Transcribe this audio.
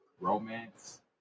romance